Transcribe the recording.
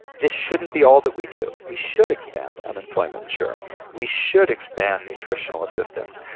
this shouldn't be all that we do. we should expand unemployment insurance. we should expand nutritional assistance.